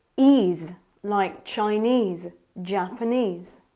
ese like, chinese. japanese